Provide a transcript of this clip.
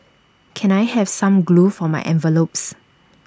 can I have some glue for my envelopes